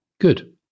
Good